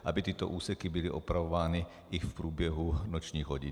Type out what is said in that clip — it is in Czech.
Aby tyto úseky byly opravovány i v průběhu nočních hodin.